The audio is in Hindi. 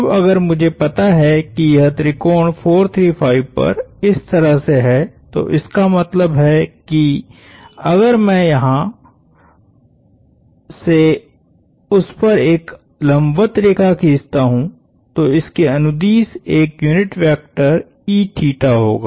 अब अगर मुझे पता है कि यह त्रिकोण 4 3 5 पर इस तरह से है तो इसका मतलब है कि अगर मैं यहां से उस पर एक लंबवत रेखा खींचता हूं तो इसके अनुदिश एक यूनिट वेक्टरहोगा